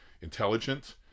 intelligent